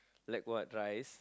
like what rice